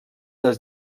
des